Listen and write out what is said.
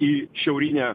į šiaurinę